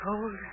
Cold